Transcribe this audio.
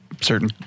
certain